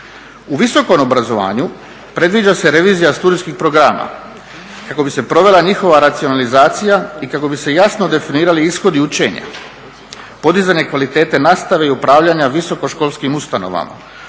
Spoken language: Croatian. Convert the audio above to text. U visokom obrazovanju predviđa se revizija studentskih programa kako bi se provela njihova racionalizacija i kako bi se jasno definirali ishodi učenja, podizanje kvalitete nastave i upravljanja visoko školskim ustanovama,